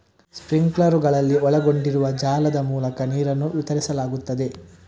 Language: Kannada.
ಸ್ಪ್ರಿಂಕ್ಲರುಗಳಲ್ಲಿ ಒಳಗೊಂಡಿರುವ ಜಾಲದ ಮೂಲಕ ನೀರನ್ನು ವಿತರಿಸಲಾಗುತ್ತದೆ